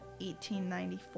1894